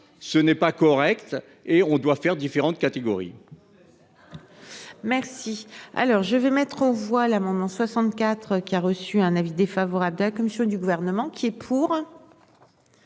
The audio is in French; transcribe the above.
ce n'est pas correct et on doit faire différentes catégories.